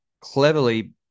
cleverly